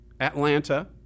Atlanta